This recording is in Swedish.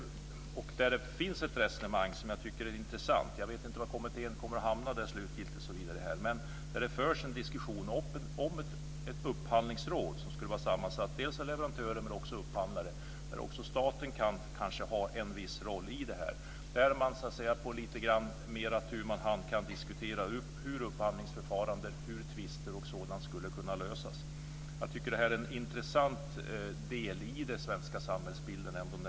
Det finns ett resonemang som är intressant, men jag vet inte var kommittén slutgiltigt kommer att hamna. Det förs en diskussion om ett upphandlingsråd som skulle vara sammansatt dels av leverantörer, dels av upphandlare. Staten kan kanske ha en viss roll i det. Där kan man lite mer på tu man hand diskutera hur upphandlingsförfarande, tvister och sådant skulle kunna lösas. Jag tycker att det är en intressant del i den svenska samhällsbilden.